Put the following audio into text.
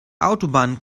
autobahn